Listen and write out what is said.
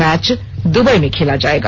match Dubai में खेला जाएगा